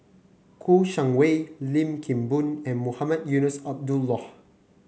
Kouo Shang Wei Lim Kim Boon and Mohamed Eunos Abdullah